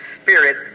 spirit